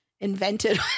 invented